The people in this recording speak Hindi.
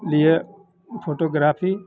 लिए फोटोग्राफी